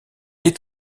est